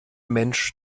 mensch